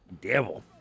Devil